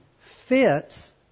fits